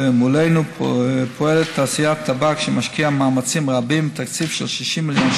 מולנו פועלת תעשיית טבק שמשקיעה מאמצים רבים ותקציב של 60 מיליון